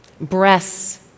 breasts